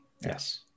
Yes